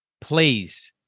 please